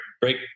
break